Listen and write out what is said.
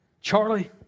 Charlie